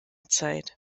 zeit